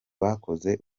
bakoze